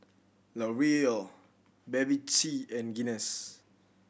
L Oreal Bevy C and Guinness